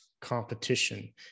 competition